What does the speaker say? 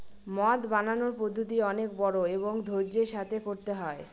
মদ বানানোর পদ্ধতি অনেক বড়ো এবং ধৈর্য্যের সাথে করতে হয়